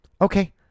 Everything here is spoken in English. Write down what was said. okay